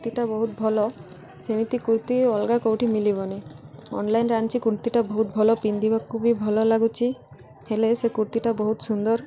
କୁର୍ତ୍ତୀଟା ବହୁତ ଭଲ ସେମିତି କୁର୍ତ୍ତୀ ଅଲଗା କେଉଁଠି ମିଳିବନି ଅନ୍ଲାଇନ୍ ଆଣିଛି କୁର୍ତ୍ତୀଟା ବହୁତ ଭଲ ପିନ୍ଧିବାକୁ ବି ଭଲ ଲାଗୁଛି ହେଲେ ସେ କୁର୍ତ୍ତୀଟା ବହୁତ ସୁନ୍ଦର